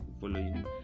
following